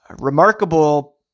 remarkable